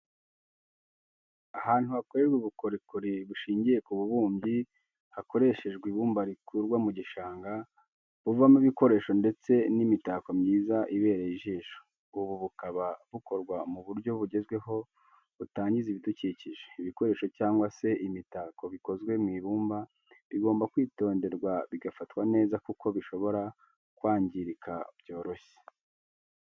Ahantu hakorerwa ubukorikori bushingiye ku bubumbyi, hakoreshejwe ibumba rikurwa mu gishang, buvamo ibikoresho ndetse n'imitako myiza ibereye ijisho. Ubu bukaba bukorwa mu buryo bugezweho butangiza ibidukikije, ibikoresho cyangwa se imitako bikozwe mu ibumba bigomba kwitonderwa bigafatwa neza kuko bishobora kwangirika byoroshye.